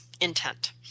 intent